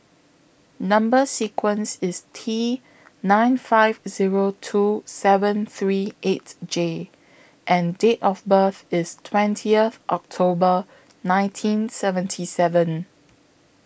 Number sequence IS T nine five Zero two seven three eight J and Date of birth IS twentieth October nineteen seventy seven